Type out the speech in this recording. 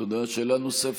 תודה.